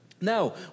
Now